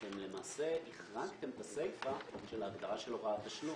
אתם למעשה החרגתם את הסיפה של ההגדרה של הוראת תשלום.